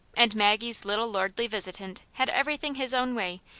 and maggie's little lordly visitant had everything his own way,